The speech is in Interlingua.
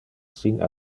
sin